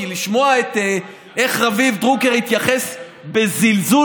כי לשמוע איך רביב דרוקר התייחס בזלזול